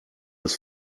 des